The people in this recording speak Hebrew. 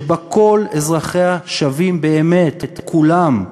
שבה כל אזרחיה שווים באמת כולם.